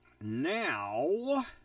Now